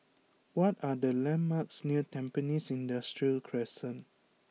what are the landmarks near Tampines Industrial Crescent